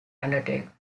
undertake